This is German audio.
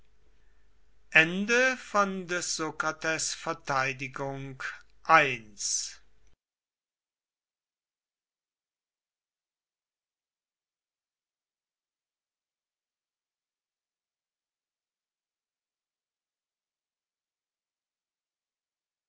des sokrates verteidigung